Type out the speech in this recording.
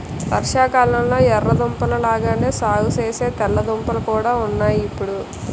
వర్షాకాలంలొ ఎర్ర దుంపల లాగానే సాగుసేసే తెల్ల దుంపలు కూడా ఉన్నాయ్ ఇప్పుడు